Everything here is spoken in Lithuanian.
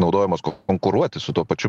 naudojamas konkuruoti su tuo pačiu